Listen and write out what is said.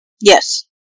Yes